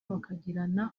bakagirana